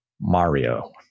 Mario